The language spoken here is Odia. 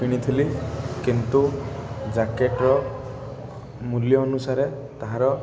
କିଣିଥିଲି କିନ୍ତୁ ଜ୍ୟାକେଟ୍ର ମୂଲ୍ୟ ଅନୁସାରେ ତାହାର